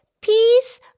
peace